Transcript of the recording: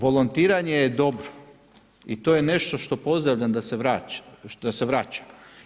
Volontiranje je dobro i to je nešto što pozdravljam da se vraća.